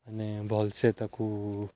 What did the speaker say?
ମାନେ ଭଲସେ ତାକୁ